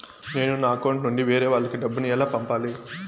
నేను నా అకౌంట్ నుండి వేరే వాళ్ళకి డబ్బును ఎలా పంపాలి?